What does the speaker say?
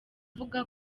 avuga